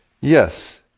Yes